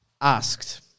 asked